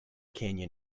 canyon